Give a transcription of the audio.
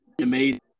amazing